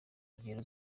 ingero